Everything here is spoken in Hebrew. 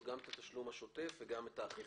גם את התשלום השוטף וגם את האכיפה.